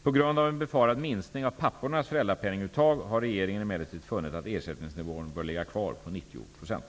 På grund av en befarad minskning av pappornas föräldrapenninguttag har regeringen emellertid funnit att ersättningsnivån bör ligga kvar på 90 %.